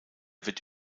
wird